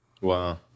Wow